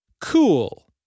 Cool